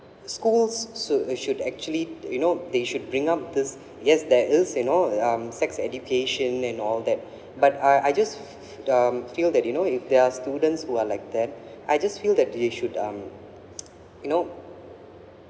schools should should actually you know they should bring up this yes there is you know um sex education and all that but I I just um feel that you know if there are students who are like that I just feel that they should um you know